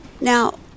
Now